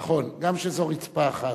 נכון, גם כשזו רצפה אחת.